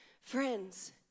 Friends